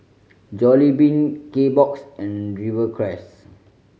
Jollibean Kbox and Rivercrest